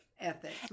ethics